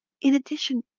in addition,